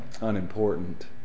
unimportant